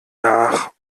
nach